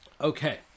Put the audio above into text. Okay